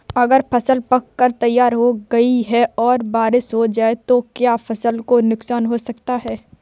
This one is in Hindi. अगर फसल पक कर तैयार हो गई है और बरसात हो जाए तो क्या फसल को नुकसान हो सकता है?